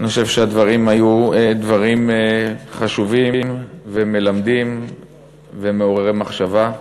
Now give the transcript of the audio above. אני חושב שהדברים היו דברים חשובים ומלמדים ומעוררי מחשבה.